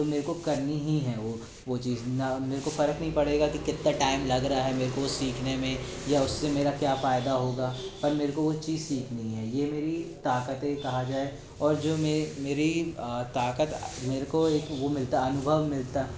तो मुझको करनी ही है वो वो चीज़ ना मुझको फ़र्क़ नहीं पड़ेगा कि कितना टाइम लग रहा है मुझको सीखने में या उससे मेरा क्या फ़ायदा होगा पर मुझको वो चीज़ सीखनी है ये मेरी ताक़तें कहा जाए और जो मेरी मेरी ताक़त मुझको एक वो मिलता है अनुभव मिलता